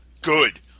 good